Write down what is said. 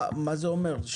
מה זה אומר,